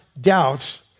doubts